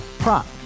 Prop